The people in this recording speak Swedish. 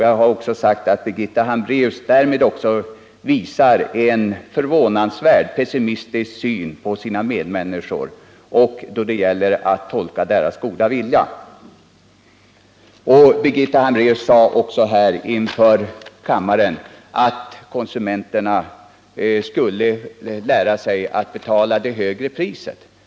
Jag har sagt att Birgitta Hambraeus därmed visar en förvånansvärd pessimism när det gäller att tolka medmänniskors goda vilja. Inför kammaren sade också Birgitta Hambraeus att konsumenterna skulle lära sig att betala det högre priset.